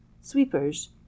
Sweepers